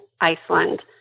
iceland